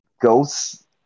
Ghosts